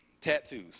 tattoos